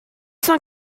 cent